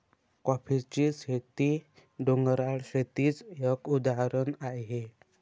कॉफीची शेती, डोंगराळ शेतीच एक उदाहरण आहे